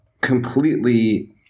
completely